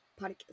podcast